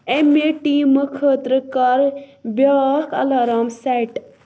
اَمہِ ٹیٖمہٕ خٲطرٕ کَر بیٛاکھ اَلارٕم سیٹ